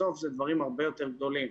בסוף אלה דברים הרבה יותר גדולים.